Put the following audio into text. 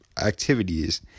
activities